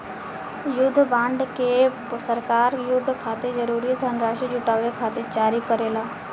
युद्ध बॉन्ड के सरकार युद्ध खातिर जरूरी धनराशि जुटावे खातिर जारी करेला